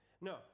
No